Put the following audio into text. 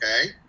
Okay